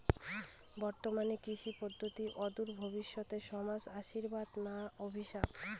বর্তমান কৃষি পদ্ধতি অদূর ভবিষ্যতে সমাজে আশীর্বাদ না অভিশাপ?